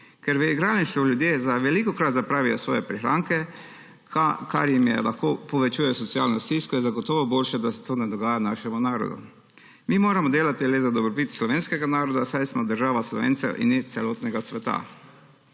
Ker v igralništvu ljudje velikokrat zapravijo svoje prihranke, kar jim lahko povečuje socialno stisko, je zagotovo boljše, da se to ne dogaja našemu narodu. Mi moramo delati le za dobrobit slovenskega naroda, saj smo država Slovencev in ne celotnega sveta.